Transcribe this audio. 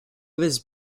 was